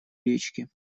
речки